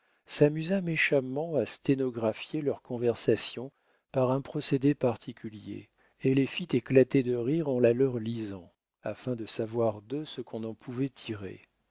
s'amusa méchamment à sténographier leur conversation par un procédé particulier et les fit éclater de rire en la leur lisant afin de savoir d'eux ce qu'on en pouvait tirer